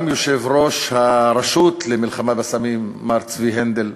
גם יושב-ראש הרשות למלחמה בסמים, מר צבי הנדל,